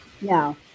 no